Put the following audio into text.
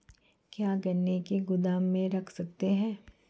क्या गन्ने को गोदाम में रख सकते हैं?